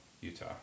Utah